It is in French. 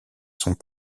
sont